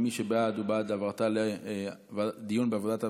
מי שבעד הוא בעד העברתה לדיון בוועדת העבודה,